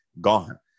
gone